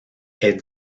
est